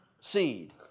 seed